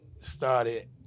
started